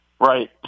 Right